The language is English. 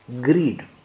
Greed